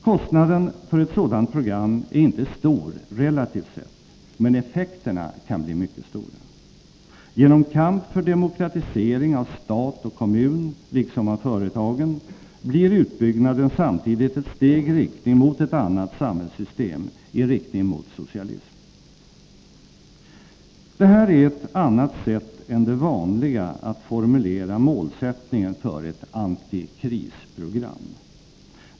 Kostnaden för ett sådant program är inte stor, relativt sett, men effekterna kan bli mycket stora. Genom kamp för demokratisering av stat och kommun liksom av företagen blir utbyggnaden samtidigt ett steg i riktning mot ett annat samhällssystem, i riktning mot socialism. Det här är ett annat sätt än det vanliga att formulera målsättningen för ett anti-krisprogram.